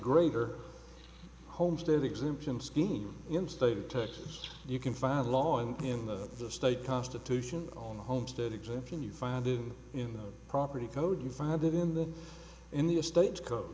greater homestead exemption scheme in state of texas you can file a law and in the the state constitution on the homestead exemption you find it in the property code you find it in the in the estate co